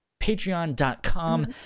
patreon.com